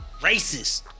racist